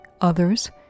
Others